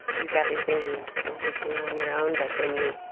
you've got these things you listened to on your own. but then you